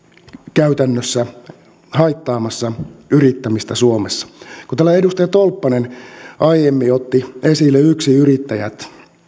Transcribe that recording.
käytännössä haittaamassa yrittämistä suomessa kun täällä edustaja tolppanen aiemmin otti esille yksinyrittäjät